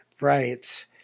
Right